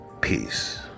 Peace